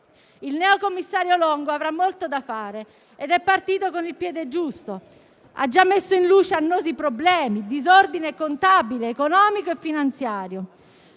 Il neocommissario Longo avrà molto da fare ed è partito con il piede giusto; ha già messo in luce annosi problemi e disordine contabile, economico e finanziario.